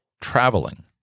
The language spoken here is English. traveling